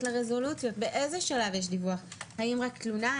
לרזולוציות - באיזה שלב יש דיווח האם רק תלונה?